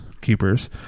keepers